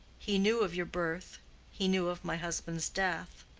he knew of your birth he knew of my husband's death,